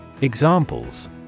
Examples